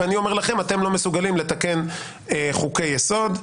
ואני אומר לכם: אתם לא מסוגלים לתקן חוקי יסוד.